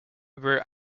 were